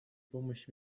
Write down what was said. помощь